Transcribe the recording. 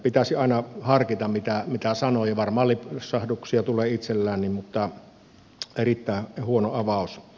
pitäisi aina harkinta mitä sanoo ja varmaan lipsahduksia tulee itsellenikin mutta erittäin huono avaus